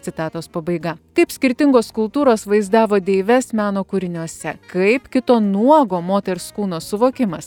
citatos pabaiga kaip skirtingos kultūros vaizdavo deives meno kūriniuose kaip kito nuogo moters kūno suvokimas